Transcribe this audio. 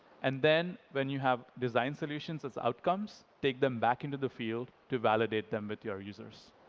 and then, when you have design solutions as outcomes, take them back into the field to validate them with your users.